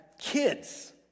kids